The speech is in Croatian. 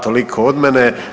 Toliko od mene.